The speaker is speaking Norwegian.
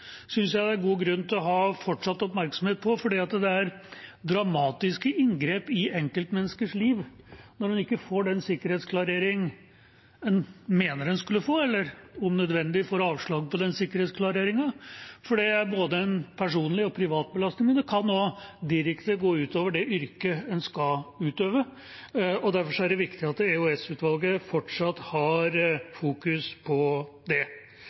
jeg det er god grunn til å ha fortsatt oppmerksomhet på, fordi det er dramatiske inngrep i enkeltmenneskers liv når man ikke får den sikkerhetsklareringen man mener man skulle fått, eller om nødvendig får avslag på den sikkerhetsklareringen, for det er både en personlig og en privat belastning, men det kan også gå direkte utover det yrket man skal utøve, og derfor er det viktig at EOS-utvalget fortsatt har fokus på det.